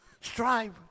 Strive